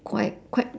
quite quite